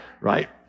Right